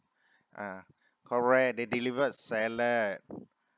uh correct they delivered salad